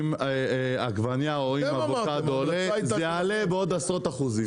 אם עגבנייה או אבוקדו עולה = זה יעלה בעוד עשרות אחוזים.